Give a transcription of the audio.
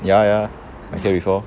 ya ya I hear before